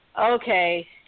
okay